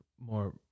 more